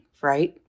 right